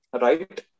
Right